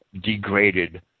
degraded